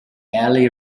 ali